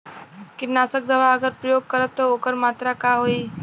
कीटनाशक दवा अगर प्रयोग करब त ओकर मात्रा का होई?